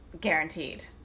guaranteed